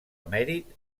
emèrit